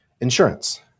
insurance